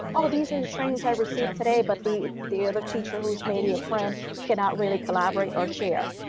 oh, these are the trainings i received today. but the the other teacher who's maybe a friend cannot really collaborate or share.